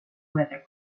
weather